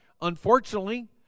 unfortunately